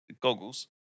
goggles